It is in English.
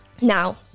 Now